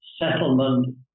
settlement